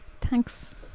thanks